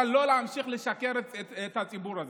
אבל לא להמשיך לשקר את הציבור.